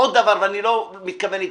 אף אחד לא יכול מחר בוועדה בכנסת להחליט לא